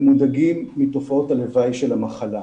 הם מודאגים מתופעות הלוואי של המחלה.